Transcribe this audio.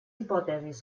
hipòtesis